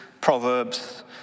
Proverbs